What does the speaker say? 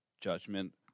Judgment